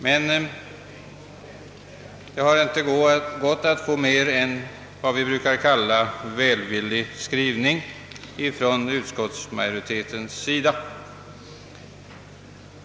Det har emellertid inte gått att få mer än vad vi brukar kalla en välvillig skrivning från utskottsmajoritetens sida.